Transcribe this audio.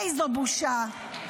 איזו בושה.